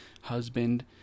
husband